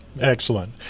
excellent